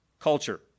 culture